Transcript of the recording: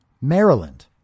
Maryland